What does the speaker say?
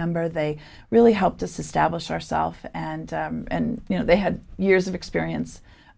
member they really helped to stablish ourself and you know they had years of experience